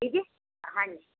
ਠੀਕ ਹੈ ਹਾਂਜੀ